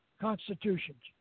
constitutions